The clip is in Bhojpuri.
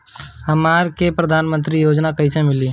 हमरा के प्रधानमंत्री योजना कईसे मिली?